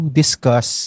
discuss